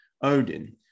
Odin